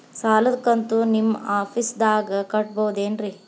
ಸಾಲದ ಕಂತು ನಿಮ್ಮ ಆಫೇಸ್ದಾಗ ಕಟ್ಟಬಹುದೇನ್ರಿ?